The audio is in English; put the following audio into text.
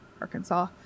Arkansas